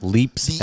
Leaps